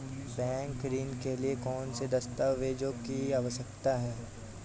Bank ऋण के लिए कौन से दस्तावेजों की आवश्यकता है?